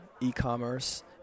e-commerce